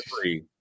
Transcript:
free